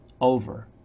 over